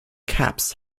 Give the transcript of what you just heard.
cabs